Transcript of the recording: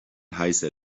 heißer